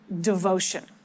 devotion